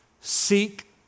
Seek